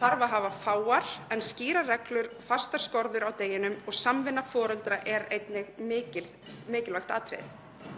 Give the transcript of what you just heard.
þarf að hafa fáar en skýrar reglur og fastar skorður á deginum. Samvinna foreldra er einnig mikilvægt atriði.